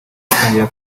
batangira